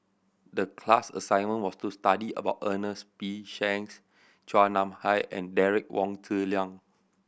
the class assignment was to study about Ernest P Shanks Chua Nam Hai and Derek Wong Zi Liang